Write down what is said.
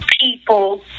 people